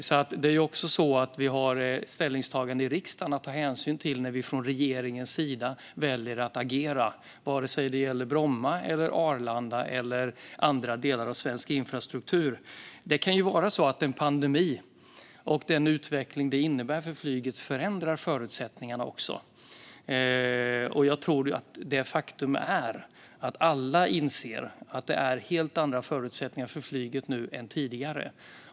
Från regeringens sida har vi alltså ställningstaganden i riksdagen att ta hänsyn till när vi väljer att agera, vare sig det gäller Bromma, Arlanda eller andra delar av svensk infrastruktur. Det kan vara så att en pandemi och den utveckling som det innebär för flyget förändrar förutsättningarna. Och jag tror att ett faktum är att alla inser att det är helt andra förutsättningar för flyget nu än tidigare.